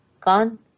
Gone